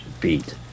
beat